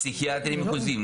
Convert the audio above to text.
פסיכיאטרים מחוזיים,